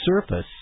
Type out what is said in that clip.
surface